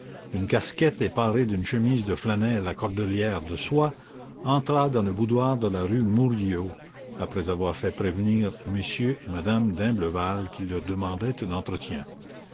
d'une casquette et paré d'une chemise de flanelle à cordelière de soie entra dans le boudoir de la rue murillo après avoir fait prévenir m et m me d'imblevalle qu'il leur demandait un entretien